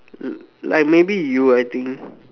like maybe you I think